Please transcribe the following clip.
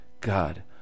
God